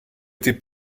été